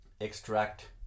extract